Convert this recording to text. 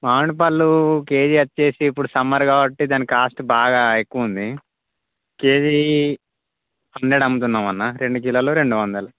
మామిడి పళ్ళు కేజీ అచ్చేసి ఇప్పుడు సమ్మర్ కాబట్టి దాని కాస్ట్ బాగా ఎక్కువుంది కేజీ హండ్రెడ్ అమ్ముతున్నాం అన్న రెండు కిలోలు రెండు వందలు